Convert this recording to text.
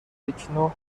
تکنو